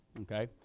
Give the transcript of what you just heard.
okay